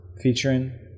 Featuring